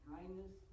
kindness